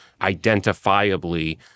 identifiably